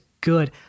good